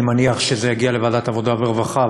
אני מניח שזה יגיע לוועדת העבודה והרווחה,